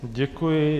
Děkuji.